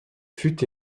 fut